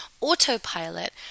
autopilot